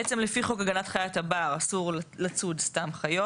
בעצם לפי חוק הגנת חיית הבר אסור לצוד סתם חיות.